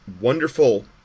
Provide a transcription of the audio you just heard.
wonderful